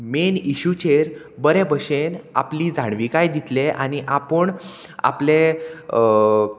main इश्यूचेर बरे भशेन आपली जाणविकाय दितले आनी आपूण आपले